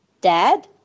Dad